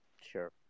Sure